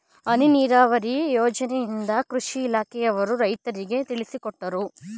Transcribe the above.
ಹನಿ ನೀರಾವರಿ ಯೋಜನೆಯಿಂದ ಕೃಷಿ ಇಲಾಖೆಯವರು ರೈತರಿಗೆ ತಿಳಿಸಿಕೊಟ್ಟರು